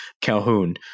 Calhoun